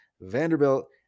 Vanderbilt